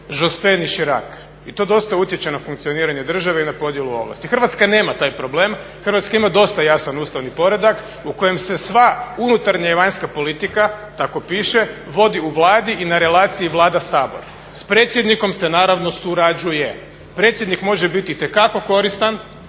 … i Chirak i to dosta utječe na funkcioniranje države i na podjelu ovlasti. Hrvatska nema taj problem, Hrvatska ima dosta jasan ustavni poredak u kojem se sva unutarnja i vanjska politika, tako piše, vodi u Vladi i na relaciji Vlada-Sabor. S predsjednikom se naravno surađuje. Predsjednik može biti itekako koristan.